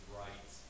right